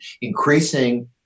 increasing